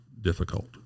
difficult